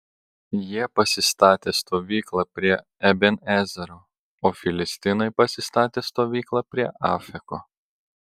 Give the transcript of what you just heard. jie pasistatė stovyklą prie eben ezero o filistinai pasistatė stovyklą prie afeko